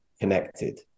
connected